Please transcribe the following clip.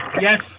Yes